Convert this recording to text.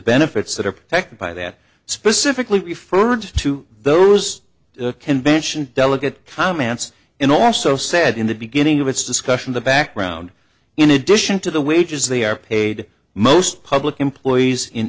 benefits that are protected by that specifically referred to those convention delegate comments in also said in the beginning of its discussion the background in addition to the wages they are paid most public employees in